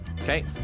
Okay